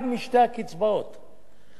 פה אתה יכול לקבל גם על הפיצויים